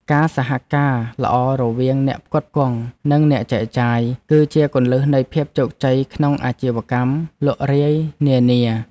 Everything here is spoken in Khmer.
ការសហការល្អរវាងអ្នកផ្គត់ផ្គង់និងអ្នកចែកចាយ គឺជាគន្លឹះនៃភាពជោគជ័យក្នុងអាជីវកម្មលក់រាយនានា។